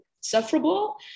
sufferable